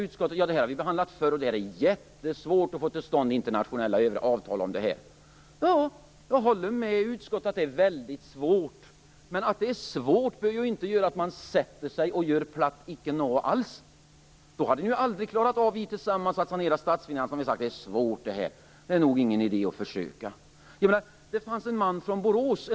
Utskottet säger att man har behandlat detta tidigare och att det är jättesvårt att få till stånd internationella avtal om detta. Ja, jag håller med utskottet om att det är väldigt svårt, men det behöver ju inte betyda att man sätter sig ned och gör platt intet. Vi hade aldrig klarat att tillsammans sanera statsfinanserna om vi hade sagt: Det här är svårt - det är nog ingen idé att försöka. Arne Kjörnsberg är från Borås.